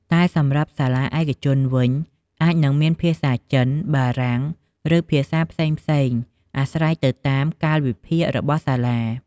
តែសម្រាប់សាលាឯកជនវិញ អាចនឹងមានភាសាចិន បារាំង ឬ ភាសាផ្សេងៗអាស្រ័យទៅតាមកាលវិភាគរបស់សាលា។